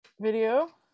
video